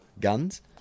guns